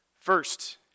First